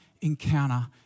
encounter